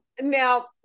Now